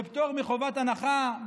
בפטור מחובת הנחה,